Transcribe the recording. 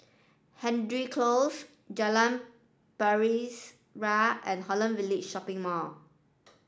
Hendry Close Jalan Pasir Ria and Holland Village Shopping Mall